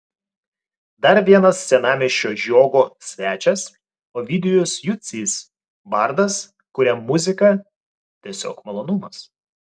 dar vienas senamiesčio žiogo svečias ovidijus jucys bardas kuriam muzika tiesiog malonumas